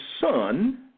son